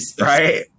right